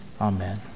Amen